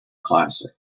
classic